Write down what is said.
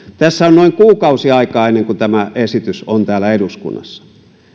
tässä on noin kuukausi aikaa ennen kuin tämä esitys on täällä eduskunnassa